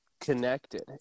connected